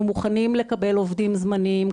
אנחנו מוכנים לקבל עובדים זמניים,